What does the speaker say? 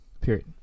period